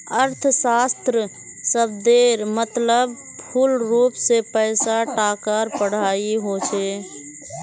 अर्थशाश्त्र शब्देर मतलब मूलरूप से पैसा टकार पढ़ाई होचे